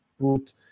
put